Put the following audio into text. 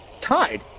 tied